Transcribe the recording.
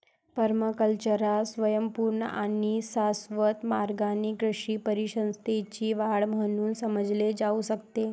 पर्माकल्चरला स्वयंपूर्ण आणि शाश्वत मार्गाने कृषी परिसंस्थेची वाढ म्हणून समजले जाऊ शकते